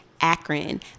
Akron